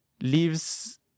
leaves